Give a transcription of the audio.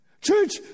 church